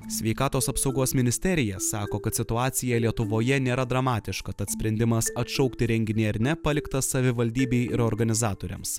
sveikatos apsaugos ministerija sako kad situacija lietuvoje nėra dramatiška tad sprendimas atšaukti renginį ar ne paliktas savivaldybei ir organizatoriams